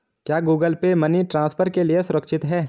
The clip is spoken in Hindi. क्या गूगल पे मनी ट्रांसफर के लिए सुरक्षित है?